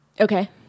Okay